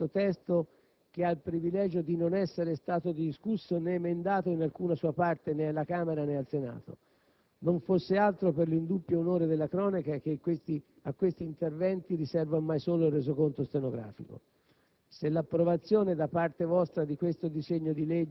Arriviamo così a parlare del famigerato contenuto di questo testo, che ha il privilegio di non essere stato discusso né emendato in alcuna sua parte, né alla Camera né al Senato. Non fosse altro per l'indubbio onore della cronaca che a questi interventi riserva ormai solo il Resoconto stenografico.